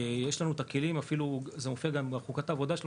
יש לנו את הכלים שמופיעים אפילו בחוקת העבודה שלנו,